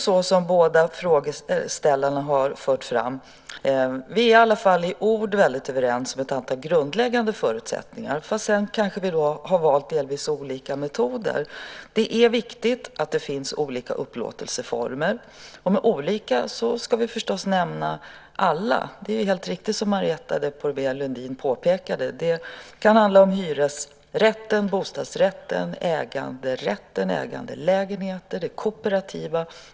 Som båda frågeställarna har fört fram är vi i ord överens om ett antal grundläggande förutsättningar. Vi kanske har valt delvis olika metoder. Det är viktigt att det finns olika upplåtelseformer. Med olika ska vi förstås mena alla. Det är helt riktigt som Marietta de Pourbaix-Lundin påpekade. Det kan handla om hyresrätt, bostadsrätt, äganderätt, ägandelägenheter, kooperativ.